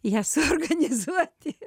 jas suorganizuoti